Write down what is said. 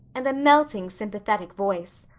and a melting, sympathetic voice.